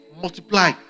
multiply